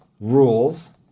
rules